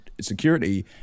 security